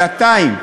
שנתיים,